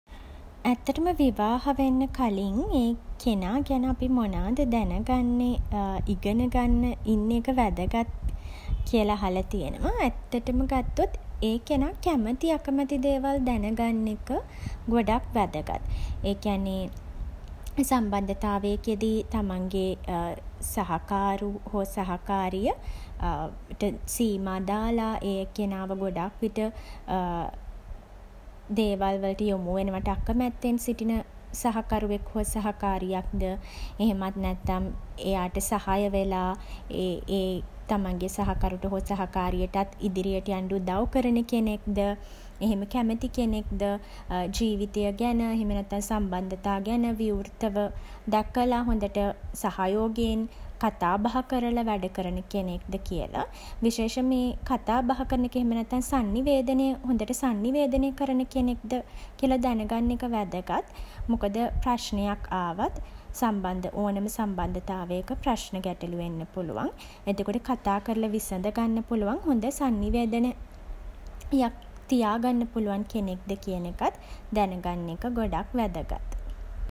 ඇත්තටම විවාහ වෙන්න කලින් ඒ කෙනා ගැන අපි මොනාද දැන ගන්නේ ඉගෙන ගන්න ඉන්න එක වැදගත් කියල අහල තියෙනවා. ඇත්තටම ගත්තොත් ඒ කෙනා කැමති අකමැති දේවල් දැන ගන්න එක ගොඩක් වැදගත්. ඒ කියන්නේ සම්බන්ධතාවයකදි තමන්ගේ සහකරු හෝ සහකාරිය ට සීමා දාල ඒ කෙනාව ගොඩක් විට දේවල් වලට යොමු වෙනවට අකමැත්තෙන් සිටින සහකරුවෙක් හෝ සහකාරියක්ද එහෙමත් නැත්නම් එයාට සහය වෙලා ඒ තමන්ගෙ සහකරුට හෝ සහකාරියටත් ඉදිරියට යන්ඩ උදව් කරන කෙනෙක්ද එහෙම කැමති කෙනෙක්ද ජීවිතය ගැන එහෙම නැත්තම් සම්බන්ධතා ගැන විවෘතව දැකල හොඳට සහයෝගයෙන් කතා බහ කරල වැඩ කරන කෙනෙක්ද කියලා. විශේෂෙන්ම ඒ කතා බහ කරන එක සන්නිවේදනය හොඳට සන්නිවේදනය කරන කෙනෙක්ද දැන ගන්න එක වැදගත්. මොකද ප්‍රශ්නයක් ආවත් ඕනම සම්බන්ධතාවයක ප්‍රශ්න ගැටලු එන්න පුළුවන්. එතකොට ඒ ගැටළු විසඳ ගන්න පුළුවන් හොඳ සන්නිවේදන සන්නිවේදනයක් තියා ගන්න පුළුවන් කෙනෙක්ද කියන එකත් දැන ගන්න එක ගොඩක් වැදගත්.